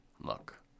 Look